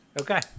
Okay